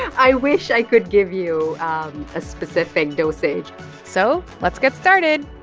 i wish i could give you a specific dosage so let's get started